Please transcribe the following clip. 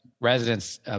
residents